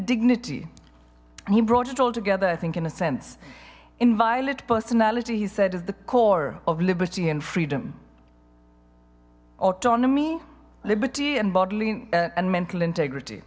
dignity and he brought it all together i think in a sense in violet personality he said is the core of liberty and freedom autonomy liberty and bodily and mental integrity